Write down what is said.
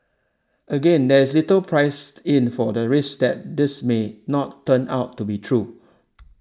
again there is little priced in for the risk that this may not turn out to be true